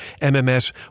MMS